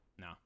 No